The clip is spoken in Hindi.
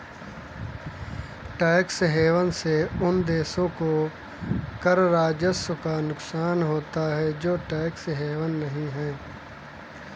टैक्स हेवन से उन देशों को कर राजस्व का नुकसान होता है जो टैक्स हेवन नहीं हैं